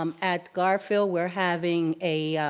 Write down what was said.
um at garfield we're having a